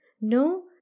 no